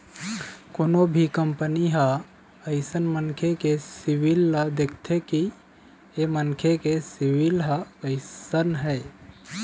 कोनो भी कंपनी ह अइसन मनखे के सिविल ल देखथे कि ऐ मनखे के सिविल ह कइसन हे